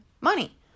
money